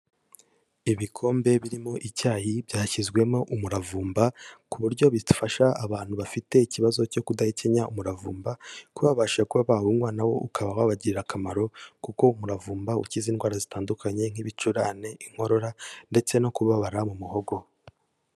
Ibikombe birimo icyayi byashyizwemo umuravumba ku buryo bifasha abantu bafite ikibazo cyo kudahekenya umuravumba kuba babasha kuba bawunywa na wo ukaba babagirira akamaro, kuko umuravumba ukiza indwara zitandukanye nk'ibicurane, inkorora ndetse no kubabara mu muhogo.